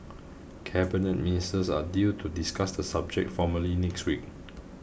cabinet ministers are due to discuss the subject formally next week